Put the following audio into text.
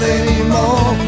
anymore